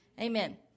Amen